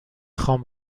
خوام